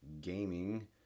gaming